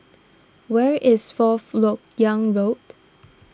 where is Fourth Lok Yang Road